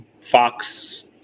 fox